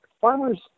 farmers